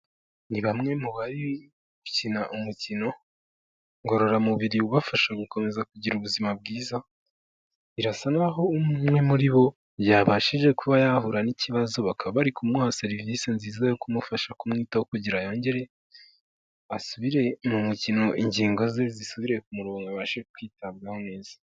Ni bamwe mu bari gukina umukino ngororamubiri, ubafasha gukomeza kugira ubuzima bwiza, birasa n'aho umwe muri bo yabashije kuba yahura n'ikibazo, bakaba bari kumuha serivisi nziza yo kumufasha kumwitaho kugira ngo yongere asubire mu mukino, ingingo ze zisubire ku murongo, abashe kwitabwaho neza.